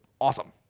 awesome